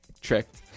tricked